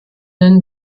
den